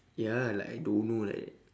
ya like I don't know like that